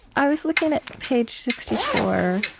i was looking at page sixty four,